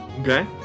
Okay